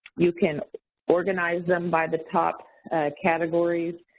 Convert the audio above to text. you can organize them by the top categories.